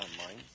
Online